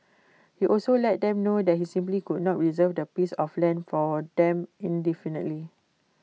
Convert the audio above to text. he also let them know that he simply could not reserve that piece of land for them indefinitely